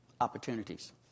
opportunities